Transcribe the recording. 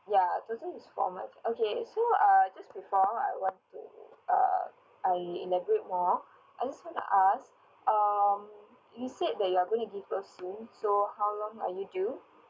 ya okay so uh just before I want to uh I elaborate more I just want to ask um you said that you're going to give birth soon so how long are you due